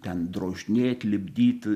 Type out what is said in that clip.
ten drožinėt lipdyt